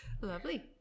lovely